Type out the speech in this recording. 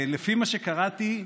ולפי מה שקראתי,